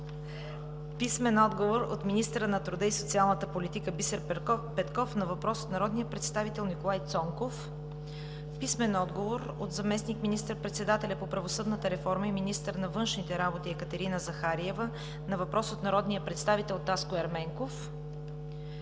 Анастасова; - министъра на труда и социалната политика Бисер Петков на въпрос от народния представител Николай Цонков; - заместник министър-председателя по правосъдната реформа и министър на външните работи Екатерина Захариева на въпрос от народния представител Таско Ерменков;